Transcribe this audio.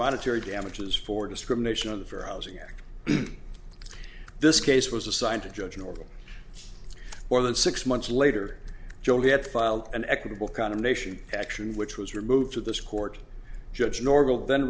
monetary damages for discrimination on the fair housing act this case was assigned to judge normal more than six months later joel had filed an equitable condemnation action which was removed to this court judge normal then